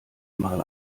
mal